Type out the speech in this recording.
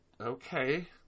Okay